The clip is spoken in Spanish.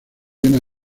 una